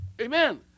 Amen